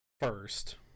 First